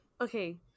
Okay